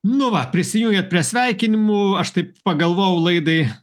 nu va prisijungėt prie sveikinimų aš taip pagalvojau laidai